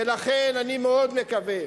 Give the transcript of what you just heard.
ולכן אני מאוד מקווה